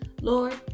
lord